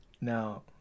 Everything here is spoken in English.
Now